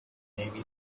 navy